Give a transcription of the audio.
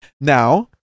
Now